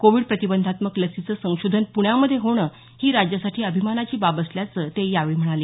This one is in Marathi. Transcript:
कोविड प्रतिबंधात्मक लसीचं संशोधन प्रण्यामध्ये होणं ही राज्यासाठी अभिमानाची बाब असल्याचं ते यावेळी म्हणाले